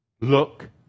Look